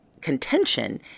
contention